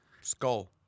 skull